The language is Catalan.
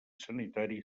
sanitari